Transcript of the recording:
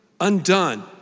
undone